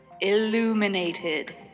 illuminated